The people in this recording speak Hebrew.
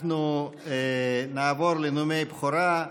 נעבור לנאומי בכורה.